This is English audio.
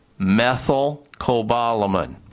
methylcobalamin